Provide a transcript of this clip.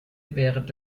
während